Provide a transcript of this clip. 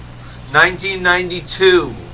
1992